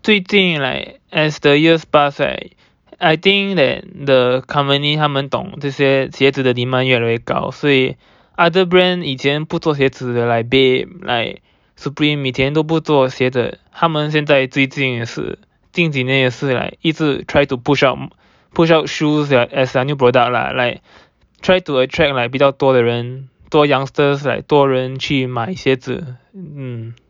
最近 like as the years pass right I think that the company 他们懂这些鞋子的 demand 越来越高所以 other brand 以前不做的 like Babe like Supreme 以前都不做鞋的他们现在最近也是近几年也是 like 一直 try to push up push out shoes as as their new product lah like try to attract like 比较多的人多 youngsters like 多人去买鞋子 mm